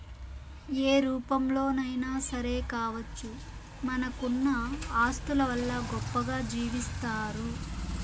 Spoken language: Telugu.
ఏ రూపంలోనైనా సరే కావచ్చు మనకున్న ఆస్తుల వల్ల గొప్పగా జీవిస్తారు